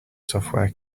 software